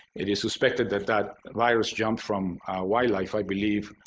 it is suspected that that virus jumped from wildlife, i believe,